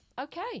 Okay